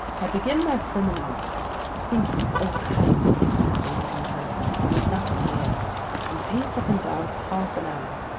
i begin my promenade thinking of all kinds of distant things and persons, and of nothing near and pace up and down for half-an hour.